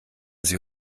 sie